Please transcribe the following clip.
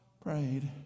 prayed